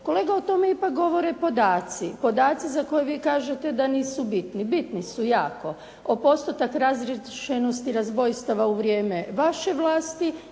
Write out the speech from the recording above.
Kolega o tome ipak govore podaci. Podaci za koje vi kažete da nisu bitni. Bitni su jako. O postotak razriješenosti razbojstava u vrijeme vaše vlasti